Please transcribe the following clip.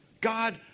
God